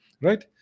right